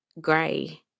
gray